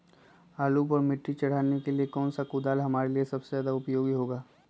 आलू पर मिट्टी चढ़ाने के लिए कौन सा कुदाल हमारे लिए ज्यादा उपयोगी होगा?